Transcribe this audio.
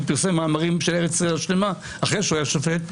פרסם מאמרים של ארץ ישראל השלמה אחרי שהוא היה שופט.